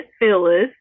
Phyllis